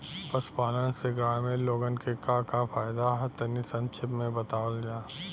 पशुपालन से ग्रामीण लोगन के का का फायदा ह तनि संक्षिप्त में बतावल जा?